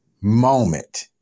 moment